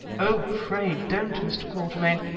oh! pray don't, mr. quatermain.